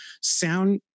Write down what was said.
sound